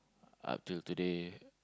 up till today